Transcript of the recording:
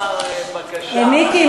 מיקי,